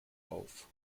auf